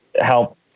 help